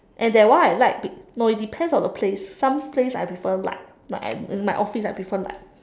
and that one I like be~ no it depends on the place some place I prefer light like my office I prefer light